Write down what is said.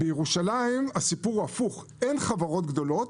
בירושלים הסיפור הפוך, אין חברות גדולות,